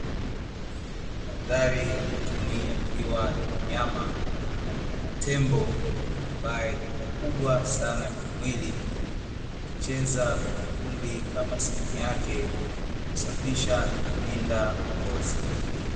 Mandhari ya mwituni yakiwa na mnyama aina ya Tembo ambaye ni mkubwa sana kimwili, akicheza kwenye vumbi kama sehemu yake ya kusafisha na kulinda ngozi.